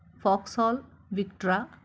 Vauxhall Vectra